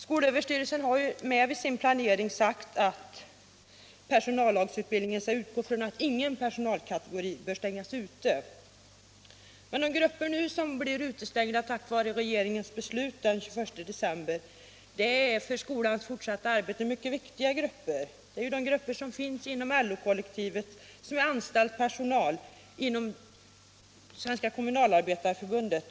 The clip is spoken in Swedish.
Skolöverstyrelsen har vid planeringen = SIA-reformen av personallagsutbildningen utgått från att ingen personalkategori bör utestängas från denna utbildning. De grupper som nu blir utestängda på grund av regeringens beslut den 15 december 1976 är mycket viktiga för skolans fortsatta arbete. Det är grupper inom LO-kollektivet — anställd personal som tillhör Svenska kommunalarbetareförbundet.